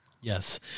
Yes